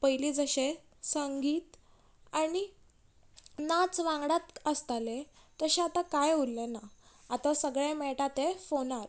पयलीं जशें संगीत आनी नाच वांगडात आसताले तशे आतां कांय उरलें ना आतां सगळें मेळटा तें फोनार